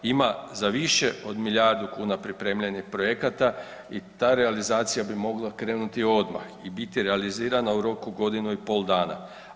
Ima za više od milijardu kuna pripremljenih projekata i ta realizacija bi mogla krenuti odmah i biti realizirana u roku godinu i pol dana.